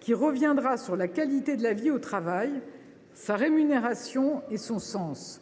qui traitera de la qualité de la vie au travail, de la rémunération et du sens